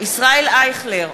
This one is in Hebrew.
ישראל אייכלר,